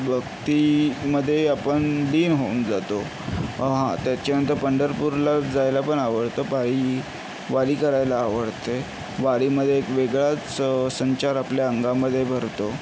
भक्ती मध्ये आपण लीन होऊन जातो हा त्याच्यानंतर पंढरपूरला जायला पण आवडतं पायी वारी करायला आवडते वारीमध्ये एक वेगळाच संचार आपल्या अंगामध्ये भरतो